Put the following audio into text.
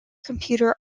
computer